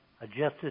adjusted